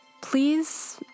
please